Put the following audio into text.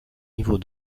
niveau